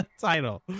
title